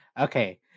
Okay